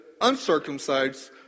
uncircumcised